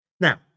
Now